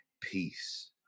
peace